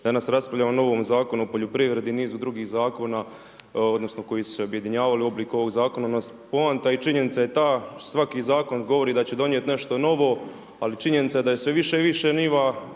Danas raspravljamo o novom Zakonu o poljoprivredi i nizu drugih zakona, koji su se objedinjavali u obliku ovoga zakona. Poanta i činjenica je ta, što svaki zakon govori da će donijeti nešto novo, ali činjenica je da je sve više i više njiva